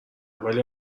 ولی